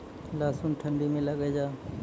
लहसुन ठंडी मे लगे जा?